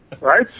right